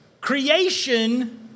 Creation